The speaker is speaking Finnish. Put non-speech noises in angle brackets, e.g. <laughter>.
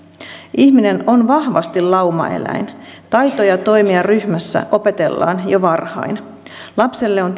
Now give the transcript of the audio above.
ihminen on vahvasti laumaeläin taitoja toimia ryhmässä opetellaan jo varhain lapselle on <unintelligible>